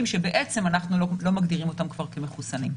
שבעצם אנחנו לא מגדירים אותם כבר כמחוסנים.